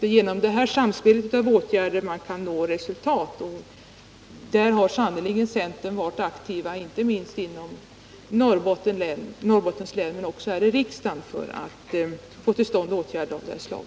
Det är genom detta samspel av åtgärder man kan nå resultat. Där har sannerligen centern varit aktiv, inte minst inom Norrbottens län, men också här i riksdagen, för att få till stånd åtgärder av detta slag.